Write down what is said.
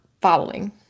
following